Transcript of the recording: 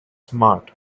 smart